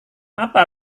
apa